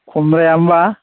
खमद्राया होमब्ला